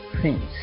Prince